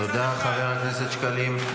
תודה, חבר הכנסת שקלים.